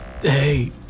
Hey